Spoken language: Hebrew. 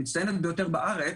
המצטיינת ביותר בארץ,